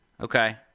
okay